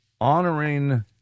honoring